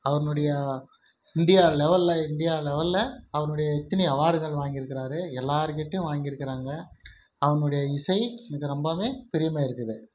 அவர்னுடைய India லெவலில் India லெவலில் அவர்னுடைய எத்தினை அவார்டுகள் வாங்கியிருக்குறாரு எல்லாருக்கிட்டையும் வாங்கியிருக்குறாங்க அவர்னுடைய இசை எனக்கு ரொம்பவும் பிரியமாக இருக்குது